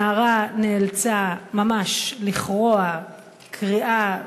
הנערה נאלצה לכרוע כריעה